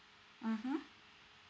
mmhmm